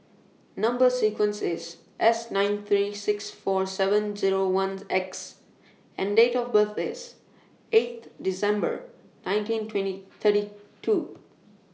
Number sequence IS S nine three six four seven Zero one X and Date of birth IS eighth December nineteen twenty thirty two